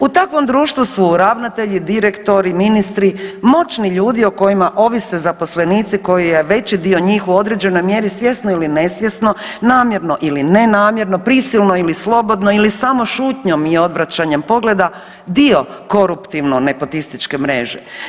U takvom društvu su ravnatelji, direktori, ministri, moćni ljudi o kojima ovise zaposlenici koji je veći dio njih u određenoj mjeri svjesno ili nesvjesno, namjerno ili ne namjerno, prisilno ili slobodno ili samo šutnjom i odvraćanjem pogleda dio koruptivno nepotističke mreže.